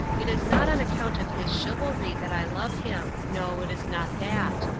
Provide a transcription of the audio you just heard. it is not on account of his chivalry that i love him no, it is not that.